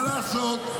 מה לעשות?